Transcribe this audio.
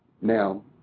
Now